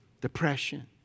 depression